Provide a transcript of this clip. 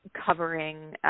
covering